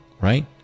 right